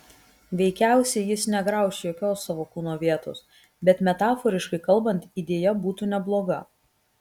veikiausiai jis negrauš jokios savo kūno vietos bet metaforiškai kalbant idėja būtų nebloga